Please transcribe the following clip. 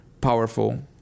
powerful